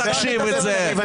אנחנו מבקשים דיון.